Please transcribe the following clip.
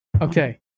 Okay